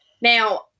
Now